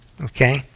okay